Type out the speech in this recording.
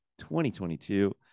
2022